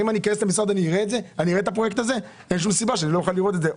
אם אכנס למשרד, אין סיבה שלא אוכל לראות את זה.